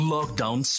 Lockdown